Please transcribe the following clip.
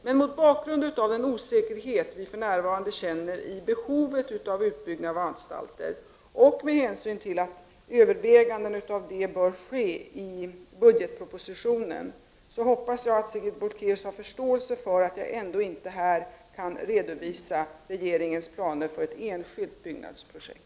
Men mot bakgrund av den osäkerhet vi för närvarande känner när det gäller behovet av utbyggnad av anstalter och med hänsyn till att överväganden av detta slag bör ske i budgetpropositionen hoppas jag att Sigrid Bolkéus har förståelse för att jag ändå inte här kan redovisa regeringens planer för ett enskilt byggnadsprojekt.